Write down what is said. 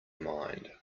mind